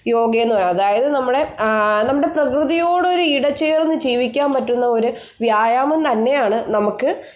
യോഗ എന്ന് പയുന്ന അതായത് നമ്മുടെ നമ്മുടെ പ്രകൃതിയോട് ഒരു ഇഴചേർന്ന് ജീവിക്കാൻ പറ്റുന്ന ഒരു വ്യായാമം തന്നെയാണ് നമുക്ക്